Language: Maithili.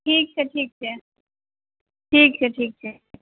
ठीक छै ठीक छै ठीक छै ठीक छै